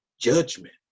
judgment